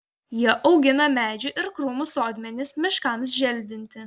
jie augina medžių ir krūmų sodmenis miškams želdinti